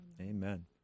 amen